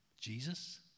Jesus